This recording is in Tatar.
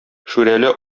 шүрәле